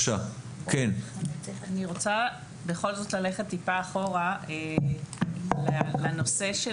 אני רוצה בכל זאת ללכת טיפה אחורה לנושא של